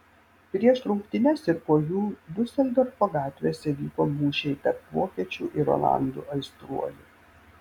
prieš rungtynes ir po jų diuseldorfo gatvėse vyko mūšiai tarp vokiečių ir olandų aistruolių